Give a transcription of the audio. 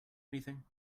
anything